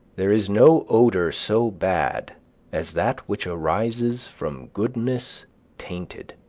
there is no odor so bad as that which arises from goodness tainted.